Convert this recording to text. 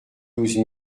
douze